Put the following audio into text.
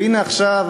והנה עכשיו,